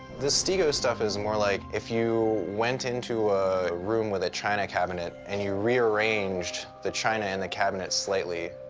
the stego stuff is more like if you went into a room with a china cabinet and you rearranged the china in the cabinet slightly,